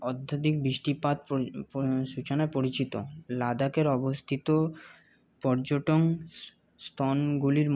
অত্যধিক বৃষ্টিপাত সূচনায় পরিচিত লাদাখের অবস্থিত পর্যটন স্থানগুলির